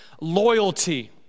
loyalty